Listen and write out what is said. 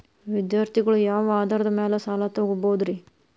ವಿದ್ಯಾರ್ಥಿಗಳು ಯಾವ ಆಧಾರದ ಮ್ಯಾಲ ಸಾಲ ತಗೋಬೋದ್ರಿ?